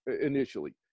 initially